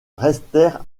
restèrent